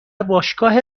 باشگاه